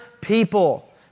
people